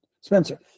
Spencer